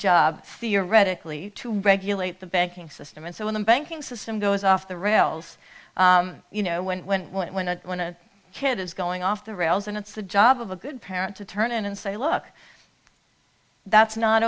job theoretically to regulate the banking system and so when the banking system goes off the rails you know when when when a when a kid is going off the rails and it's the job of a good parent to turn in and say look that's not